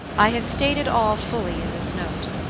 i have stated all fully in this note,